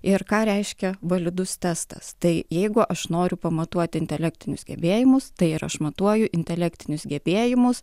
ir ką reiškia validus testas tai jeigu aš noriu pamatuoti intelektinius gebėjimus tai ir aš matuoju intelektinius gebėjimus